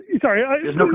Sorry